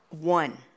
one